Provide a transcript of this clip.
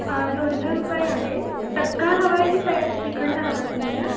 दोनशे रुपये आहे चक्का हवा आहे की तयार श्रीखंड हवं आहे तुम्हाला